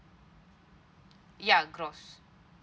ya gross